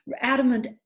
adamant